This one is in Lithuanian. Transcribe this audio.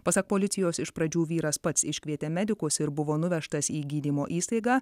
pasak policijos iš pradžių vyras pats iškvietė medikus ir buvo nuvežtas į gydymo įstaigą